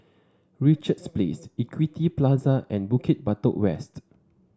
Richards Place Equity Plaza and Bukit Batok West